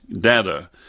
data